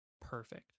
perfect